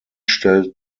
stellt